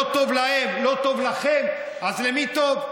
לא טוב להם, לא טוב לכם, אז למי טוב?